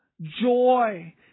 joy